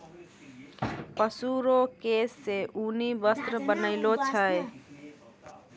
पशु रो केश से ऊनी वस्त्र बनैलो छै